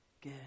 good